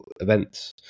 events